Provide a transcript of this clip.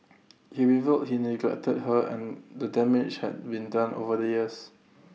he revealed he neglected her and the damage had been done over the years